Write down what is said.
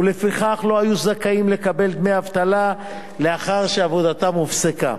ולפיכך לא היו זכאים לקבל דמי אבטלה לאחר שעבודתם הופסקה.